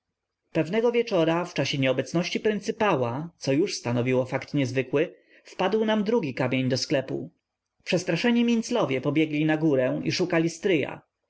pewnego wieczora w czasie nieobecności pryncypała co już stanowiło fakt niezwykły wpadł nam drugi kamień do sklepu przestraszeni minclowie pobiegli na górę i szukali stryja